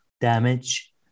damage